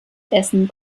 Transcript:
essen